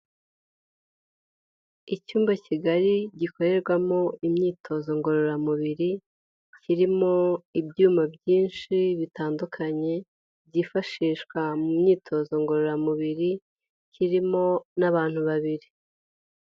Icyumba kigari gikorerwamo imyitozo ngororamubiri, kirimo ibyuma byinshi bitandukanye byifashishwa mu myitozo ngororamubiri kirimo n'abantu babiri.